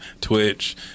Twitch